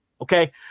Okay